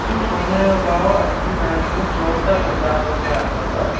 ॾिसो सोन जो भाव अॼु जी तारीख़ में चोहतरि हज़ार रुपिया अथव